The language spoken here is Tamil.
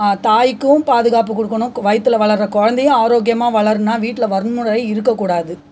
தாய்க்கும் பாதுகாப்பு கொடுக்கணும் வயித்துல வளர குழந்தையும் ஆரோக்கியமா வளருனா வீட்டில் வன்முறை இருக்கக்கூடாது